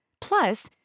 Plus